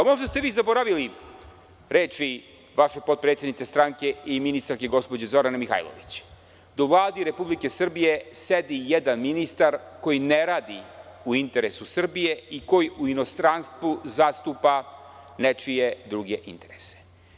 Možda ste vi zaboravili reči vaše potpredsednice stranke i ministarke gospođe Zorane Mihajlović, da uVladi Republike Srbije sedi jedan ministar koji ne radi u interesu Srbije i koji u inostranstvu zastupa nečije druge interese.